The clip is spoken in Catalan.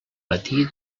patir